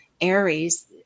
Aries